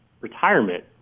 retirement